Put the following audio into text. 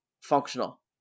functional